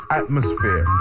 atmosphere